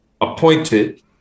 appointed